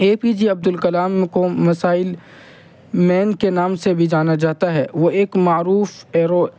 اے P J Abdul Kalam کو missile man کے نام سے بھی جانا جاتا ہے وہ ایک معروف ایرو